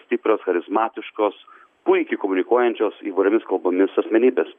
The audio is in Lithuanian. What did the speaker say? stiprios charizmatiškos puikiai komunikuojančios įvairiomis kalbomis asmenybės